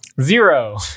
Zero